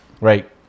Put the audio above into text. Right